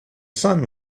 sun